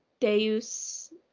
deus